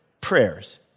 prayers